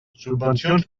subvencions